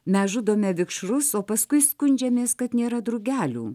mes žudome vikšrus o paskui skundžiamės kad nėra drugelių